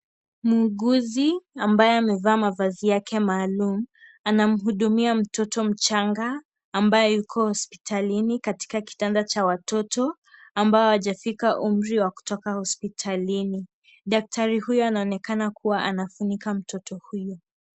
Muuguzi ambaye amevaa mavazi yake maalum anamhudumia mtoto mchanga ambaye yuko hospitalini katika kitanda Cha watoto ambao hawajafika umri wa kutoka hospitalini. Daktari huyo anaonekana kuwa anamfunika mtoto huyu.